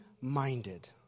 Minded